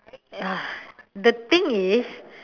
the thing is